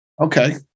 Okay